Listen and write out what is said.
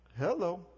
Hello